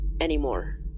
anymore